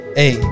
hey